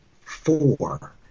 four